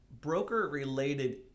broker-related